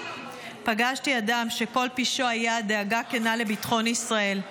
פגשתי אדם שכל פשעו היה דאגה כנה לביטחון ישראל.